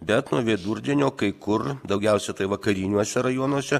bet nuo vidurdienio kai kur daugiausia vakariniuose rajonuose